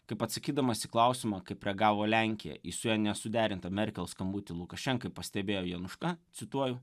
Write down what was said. kaip atsakydamas į klausimą kaip reagavo lenkija į su ja nesuderintą merkel skambutį lukašenkai pastebėjo januška cituoju